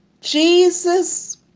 Jesus